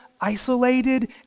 isolated